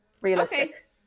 realistic